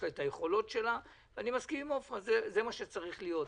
יש לה את היכולות שלה ואני מסכים עם עפרה שזה מה שצריך להיות.